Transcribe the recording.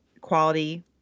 quality